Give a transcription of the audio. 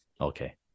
Okay